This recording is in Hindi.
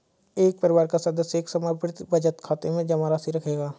एक परिवार का सदस्य एक समर्पित बचत खाते में जमा राशि रखेगा